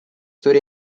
stood